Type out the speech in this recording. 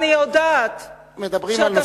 להשאיר את קדימה